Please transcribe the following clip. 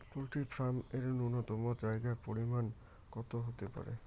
Poultry farm এর জন্য নূন্যতম জায়গার পরিমাপ কত হতে পারে?